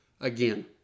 again